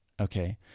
Okay